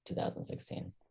2016